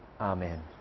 Amen